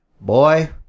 Boy